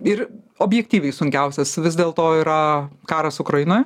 ir objektyviai sunkiausias vis dėl to yra karas ukrainoj